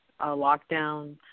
lockdown